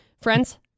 Friends